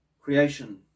creation